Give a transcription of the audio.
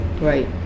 Right